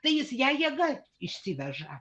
tai jis ją jėga išsiveža